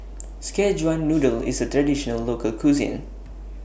Szechuan Noodle IS A Traditional Local Cuisine